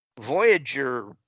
Voyager